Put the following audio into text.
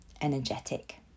Energetic